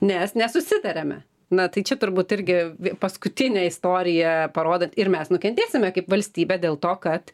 nes nesusitariame na tai čia turbūt irgi paskutinę istoriją parodant ir mes nukentėsime kaip valstybė dėl to kad